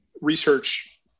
research